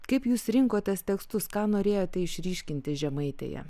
kaip jūs rinkotės tekstus ką norėjote išryškinti žemaitėje